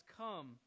come